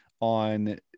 on